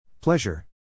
Pleasure